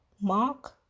Mark